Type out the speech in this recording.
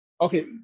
Okay